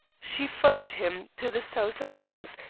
she followed him to the south of france,